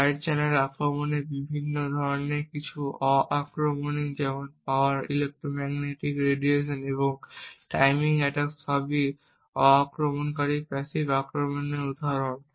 side channel আক্রমণের বিভিন্ন ধরনের কিছু কিছু অ আক্রমণকারী যেমন পাওয়ার ইলেক্ট্রোম্যাগনেটিক রেডিয়েশন এবং টাইমিং অ্যাটাক সবই অ আক্রমণকারী প্যাসিভ আক্রমণের উদাহরণ